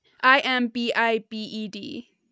i-m-b-i-b-e-d